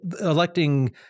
electing